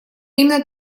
именно